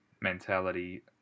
mentality